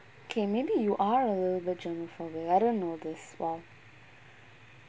K maybe you are a little bit germaphobic I don't know this one